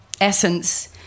essence